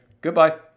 goodbye